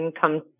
come